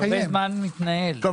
לא,